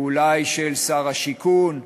או אולי של שר השיכון.